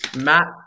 Matt